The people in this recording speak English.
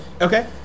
Okay